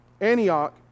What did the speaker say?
Antioch